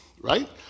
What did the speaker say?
right